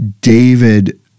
David